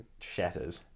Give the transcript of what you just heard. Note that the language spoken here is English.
shattered